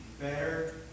better